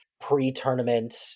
pre-tournament